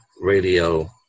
radio